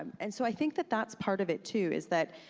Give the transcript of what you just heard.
and so i think that that's part of it too is that